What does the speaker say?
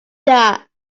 that